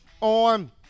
on